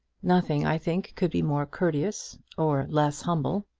nothing, i think, could be more courteous or less humble.